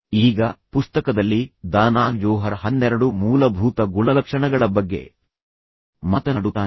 ಈಗ ಪುಸ್ತಕದಲ್ಲಿ Danah Zohar ಹನ್ನೆರಡು ಮೂಲಭೂತ ಗುಣಲಕ್ಷಣಗಳ ಬಗ್ಗೆ ಮಾತನಾಡುತ್ತಾನೆ